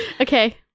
okay